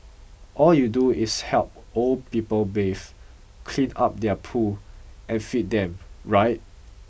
all you do is help old people bathe clean up their poo and feed them right